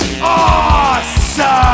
Awesome